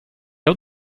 hot